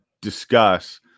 discuss